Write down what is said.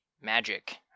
magic